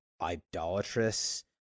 idolatrous